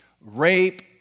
rape